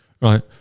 right